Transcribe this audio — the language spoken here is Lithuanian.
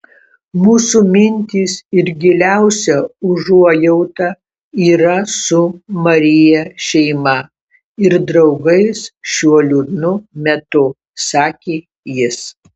mūsų mintys ir giliausia užuojauta yra su maryje šeima ir draugais šiuo liūdnu metu sakė jis